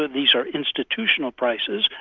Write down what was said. ah these are institutional prices,